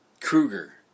Kruger